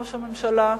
ראש הממשלה,